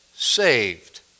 saved